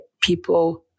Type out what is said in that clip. people